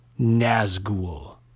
Nazgul